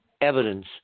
Evidence